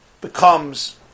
becomes